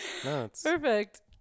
Perfect